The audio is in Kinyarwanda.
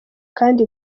kandi